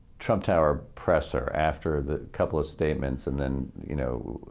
trump tower presser after the couple of statements, and then, you know,